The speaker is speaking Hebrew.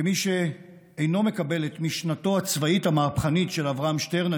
כמי שאינו מקבל את משנתו הצבאית המהפכנית של אברהם שטרן,